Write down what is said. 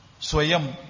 Swayam